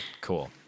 cool